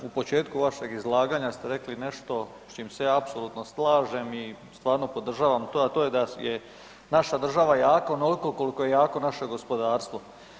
U početku vašeg izlaganja ste rekli nešto s čim se ja apsolutno slažem i stvarno podržavam to, a to je da naša država jaka onoliko koliko je jako naše gospodarstvo.